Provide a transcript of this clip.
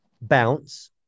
bounce